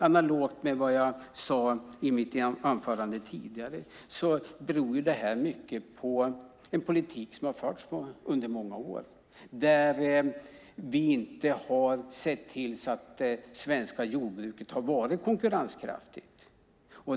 Analogt med vad jag sade i mitt anförande tidigare beror detta mycket på en politik som har förts under många år där vi inte har sett till så att det svenska jordbruket har varit konkurrenskraftigt.